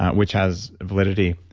which has validity.